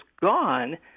gone